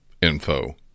info